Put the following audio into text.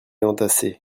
entassés